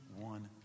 one